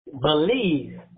Believe